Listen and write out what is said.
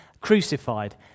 crucified